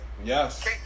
Yes